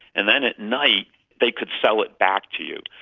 and then at night they could sell it back to you.